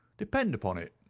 depend upon it,